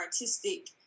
artistic